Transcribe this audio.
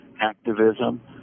activism